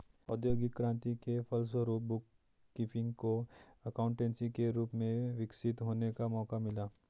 औद्योगिक क्रांति के फलस्वरूप बुक कीपिंग को एकाउंटेंसी के रूप में विकसित होने का मौका मिला